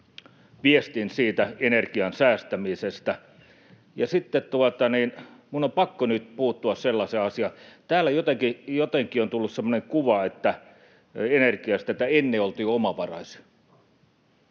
viestin energian säästämisestä. Sitten minun on pakko nyt puuttua sellaiseen asiaan, kun täällä jotenkin on tullut semmoinen kuva, että energiassa tätä ennen oltiin omavaraisia.